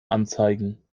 anzeigen